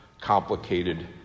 complicated